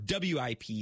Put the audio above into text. WIP